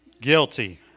guilty